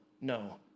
no